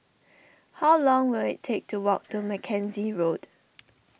how long will it take to walk to Mackenzie Road